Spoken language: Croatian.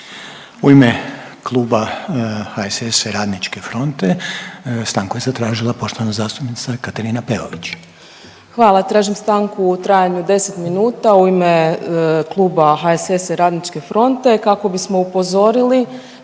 U ime kluba HSS-a i Radničke fronte stanku je zatražila poštovana zastupnica Katarina Peović. **Peović, Katarina (RF)** Hvala. Tražim stanku u trajanju od 10 minuta u ime kluba HSS-a i Radničke fronte kako bismo upozorili